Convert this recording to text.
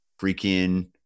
freaking